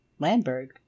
Landberg